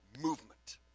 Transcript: movement